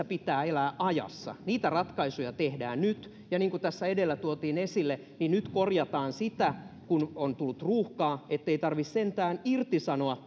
pitää elää ajassa niitä ratkaisuja tehdään nyt ja niin kuin tässä edellä tuotiin esille niin nyt korjataan sitä kun on tullut ruuhkaa ettei tarvitse sentään irtisanoa